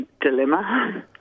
dilemma